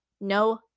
no